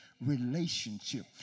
relationship